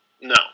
No